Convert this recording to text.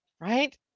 right